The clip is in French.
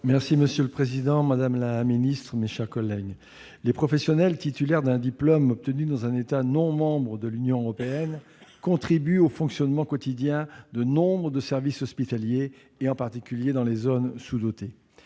745. La parole est à M. Yves Daudigny, sur l'article. Les professionnels titulaires d'un diplôme obtenu dans un État non membre de l'Union européenne contribuent au fonctionnement quotidien de nombre de services hospitaliers, en particulier dans les zones sous-dotées.